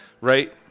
right